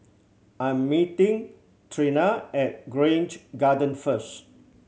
I'm meeting Trina at Grange Garden first